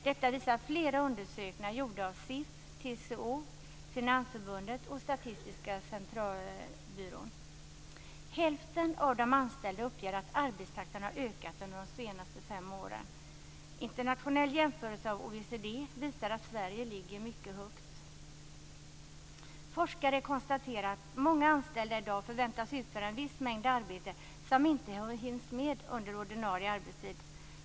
Detta visar flera undersökningar gjorda av SIF, TCO, Finansförbundet och Statistiska centralbyrån. Hälften av de anställda uppger att arbetstakten har ökat under de senaste fem åren. En internationell jämförelse av OECD visar att Sverige ligger mycket högt. Forskare konstaterar att många anställda i dag förväntas utföra en viss mängd arbete som inte hinns med under ordinarie arbetstid.